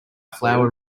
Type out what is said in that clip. flower